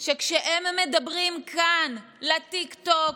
שכשהם מדברים כאן לטיקטוק,